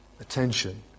attention